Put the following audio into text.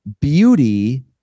beauty